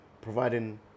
providing